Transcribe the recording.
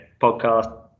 podcast